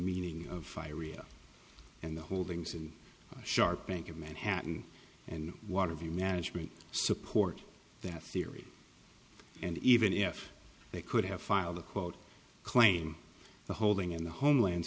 meaning of my real and the holdings and shark bank in manhattan and waterview management support that theory and even if they could have filed a quote claim the holding in the homeland